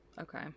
Okay